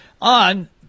on